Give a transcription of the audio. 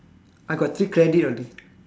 I got three credit already